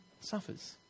suffers